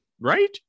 Right